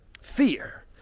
Fear